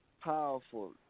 powerful